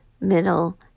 middle